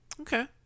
okay